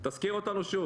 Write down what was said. תגישו את זה ביום אחד.